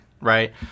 right